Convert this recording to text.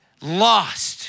lost